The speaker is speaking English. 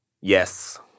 Yes